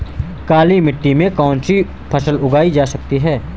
काली मिट्टी में कौनसी फसल उगाई जा सकती है?